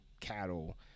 cattle